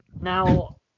Now